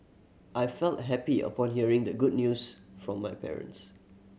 I felt happy upon hearing the good news from my parents